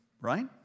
right